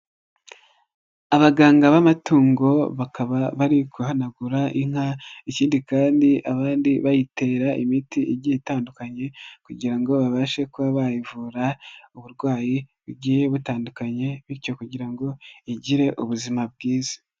Abaganga b'amatungo bakaba bari guhanagura inka ikindi kandi abandi bayitera imiti igiye itandukanye kugira ngo babashe kuba bayivura uburwayi bugiye butandukanye bityo kugira ngo igire ubuzima bwiza.